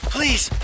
Please